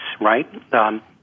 right